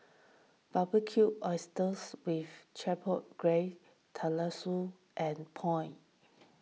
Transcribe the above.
Barbecued Oysters with Chipotle Glaze Tenmusu and Pho